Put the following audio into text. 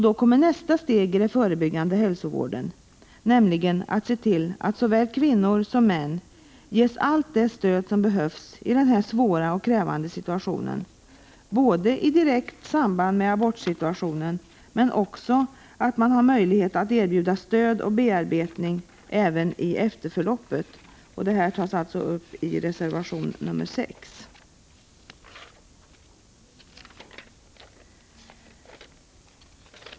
Då kommer nästa steg i den förebyggande hälsovården, nämligen att se till att såväl kvinnor som män ges allt det stöd som behövs i denna svåra och krävande situation — alltså i direkt samband med abortsituationen — men också att de erbjuds stöd och bearbetning efter en abort. Detta tas upp i reservation 6.